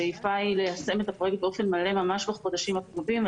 השאיפה היא ליישם את הפרויקט הזה באופן מלא בחודשים הקרובים,